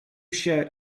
się